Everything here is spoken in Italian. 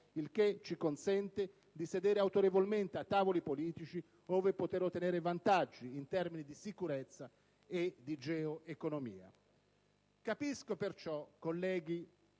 il che ci consente di sedere autorevolmente a tavoli politici ove poter ottenere vantaggi in termini di sicurezza e di geoeconomia. Capisco perciò, colleghi,